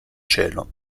cielo